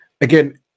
again